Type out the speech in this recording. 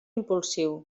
impulsiu